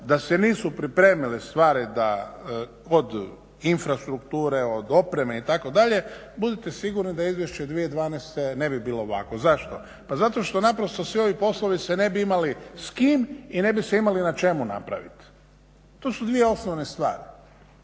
da se nisu pripremile stvari od infrastrukture, od opreme, itd., budite sigurno da izvješće 2012. ne bi bilo ovakvo. Zašto? Pa zato što naprosto svi ovi poslovi se ne bi imali s kim i ne bi se imali na čemu napraviti. To su dvije osnovne stvari.